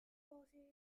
mozilla